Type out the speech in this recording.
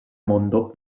mondo